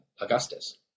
Augustus